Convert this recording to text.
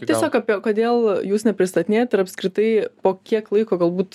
tiesiog apie kodėl jūs nepristatinėjat ir apskritai po kiek laiko galbūt